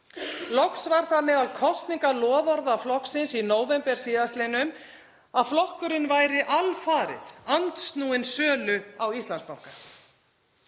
Loks var það meðal kosningaloforða flokksins í nóvember síðastliðnum að flokkurinn væri alfarið andsnúinn sölu á Íslandsbanka.